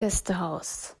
gästehaus